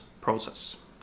process